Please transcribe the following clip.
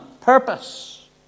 purpose